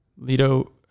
Lido